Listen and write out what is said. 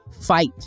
fight